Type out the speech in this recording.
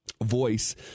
voice